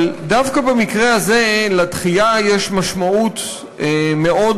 אבל דווקא במקרה הזה לדחייה יש משמעות מאוד